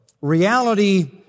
reality